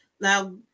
Now